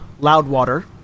Loudwater